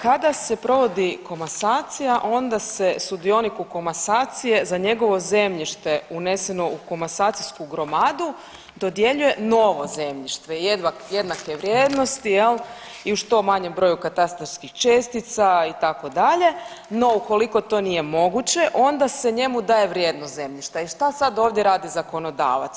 Kada se provodi komasacija onda se sudionik u komasaciji za njegovo zemljište uneseno u komasacijsku gromadu dodjeljuje novo zemljište jednake vrijednosti jel i u što manjem broju katastarskih čestica itd., no ukoliko to nije moguće onda se njemu daje vrijedno zemljište i šta sad ovdje radi zakonodavac?